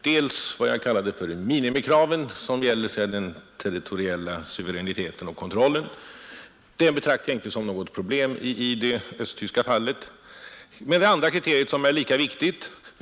Det jag kallade för minimikraven, som gäller den territoriella suveräniteten och kontrollen, betraktar jag inte som något problem i det östtyska fallet. Den andra gruppen av kriterier är emellertid lika viktig.